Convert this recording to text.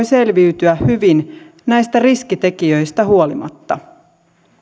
selviytyä hyvin näistä riskitekijöistä huolimatta